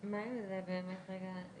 הם ממשיכים לעסוק בזה.